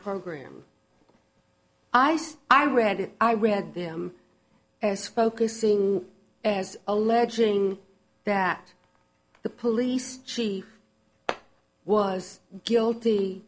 program i say i read it i read them as focusing as alleging that the police she was guilty